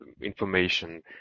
information